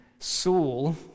Saul